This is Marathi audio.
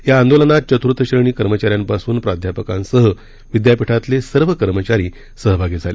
या आंदोलनात चतुर्थ श्रेणी कर्मचाऱ्यांपासून प्राध्यापकांसह विद्यापीठातले सर्व कर्मचारी सहभागी झाले